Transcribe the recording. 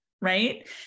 Right